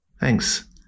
Thanks